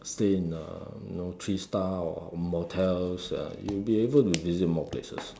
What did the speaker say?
stay in the uh you know three stars or motels uh you'll be able to visit more places